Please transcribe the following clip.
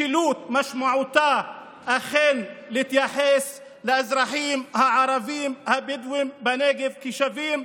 משילות משמעותה אכן להתייחס לאזרחים הערבים הבדואים בנגב כאל שווים,